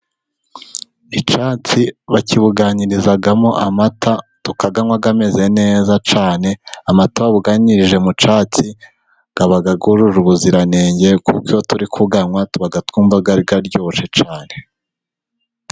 Icyansi bakibuganiyirizamo amata tukayanywa ameze neza cyane, amata babuganirije mu cyansi aba yujuje ubuziranenge, kuko iyo turi kuyanywa tuba twumva yari aryoshye cyane.